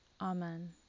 Amen